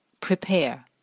prepare